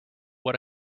what